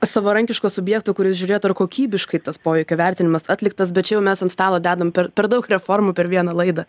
savarankiško subjekto kuris žiūrėtų ar kokybiškai tas poveikio vertinimas atliktas bet čia jau mes ant stalo dedam per per daug reformų per vieną laidą